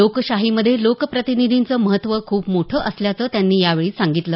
लोकशाहीमधे लोक प्रतिनिधींचं महत्त्व खूप मोठं असल्याचं त्यांनी यावेळी सांगितलं